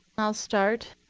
i'll start,